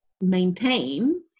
maintain